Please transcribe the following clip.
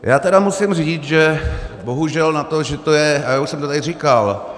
Já teda musím říct, že bohužel na to, že to je a já už jsem to tady říkal...